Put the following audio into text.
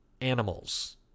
animals